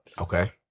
Okay